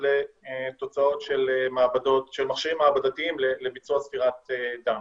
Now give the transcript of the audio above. לתוצאות של מכשירים מעבדתיים לביצוע ספירת דם.